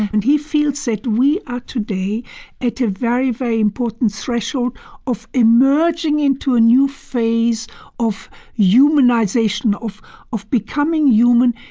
and he feels that we are today at a very, very important threshold of immerging into a new phase of yeah humanization, of of becoming human,